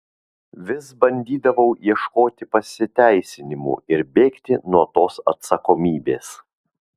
vis bandydavau ieškoti pasiteisinimų ir bėgti nuo tos atsakomybės